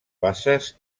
basses